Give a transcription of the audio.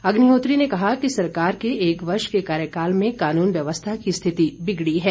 अग्निहोत्री ने कहा कि सरकार के एक वर्ष के कार्यकाल में कानून व्यवस्था की स्थिति बिगड़ी है